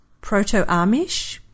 proto-Amish